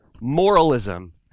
moralism